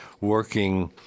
working